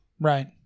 Right